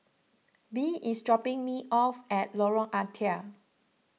Bee is dropping me off at Lorong Ah Thia